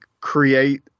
create